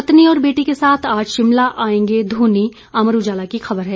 पत्नी और बेटी के साथ आज शिमला आएंगे घोनी अमर उजाला की खबर है